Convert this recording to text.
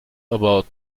about